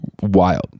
wild